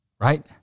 right